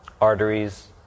arteries